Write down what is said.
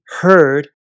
heard